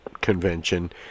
convention